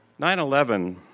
9-11